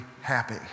happy